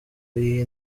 y’iyi